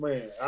Man